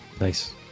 nice